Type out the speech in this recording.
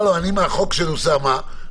אני מהחוק של אוסאמה,